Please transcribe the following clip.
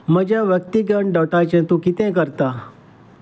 म्हज्या व्यक्तीगत डॉटाचें तूं कितें करता